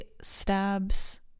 stabs